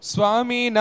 Swami